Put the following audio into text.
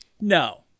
No